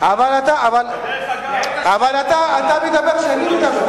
אבל אתה מדבר כשאני מדבר.